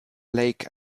lake